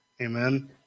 Amen